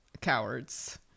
cowards